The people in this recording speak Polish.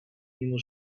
mimo